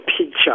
picture